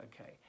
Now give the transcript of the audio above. okay